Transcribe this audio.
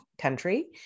country